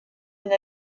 une